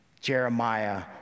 Jeremiah